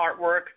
artwork